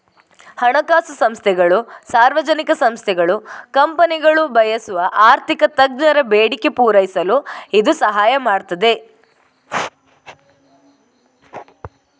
ಹಣಕಾಸು ಸಂಸ್ಥೆಗಳು, ಸಾರ್ವಜನಿಕ ಸಂಸ್ಥೆಗಳು, ಕಂಪನಿಗಳು ಬಯಸುವ ಆರ್ಥಿಕ ತಜ್ಞರ ಬೇಡಿಕೆ ಪೂರೈಸಲು ಇದು ಸಹಾಯ ಮಾಡ್ತದೆ